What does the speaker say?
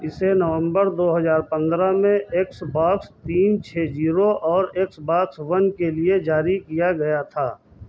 इसे नवम्बर दो हजार पन्द्रह में एक्स बॉक्स तीन छः जीरो और एक्स बॉक्स वन के लिए जारी किया गया था